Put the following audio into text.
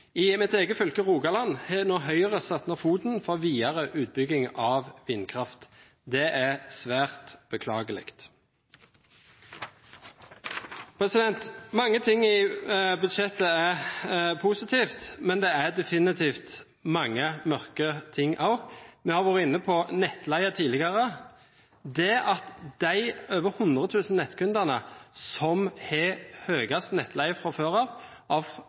I mitt eget fylke, Rogaland, har Høyre nå satt ned foten for videre utbygging av vindkraft. Det er svært beklagelig. Mange ting i budsjettet er positivt, men det er definitivt også mange mørke ting. Vi har tidligere vært inne på nettleie. De over 100 000 nettkundene som fra før av har høyest nettleie, skal av